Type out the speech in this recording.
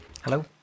Hello